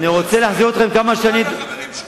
אני רוצה להחזיר אתכם כמה שנים, אתה והחברים שלך.